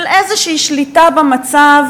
של איזושהי שליטה במצב